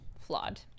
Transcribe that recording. flawed